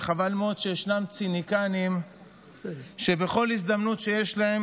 וחבל מאוד שישנם ציניקנים שבכל הזדמנות שיש להם